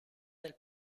del